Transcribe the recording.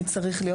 מי צריך להיות,